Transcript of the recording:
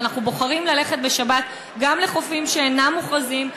ואנחנו בוחרים ללכת בשבת גם לחופים שאינם מוכרזים,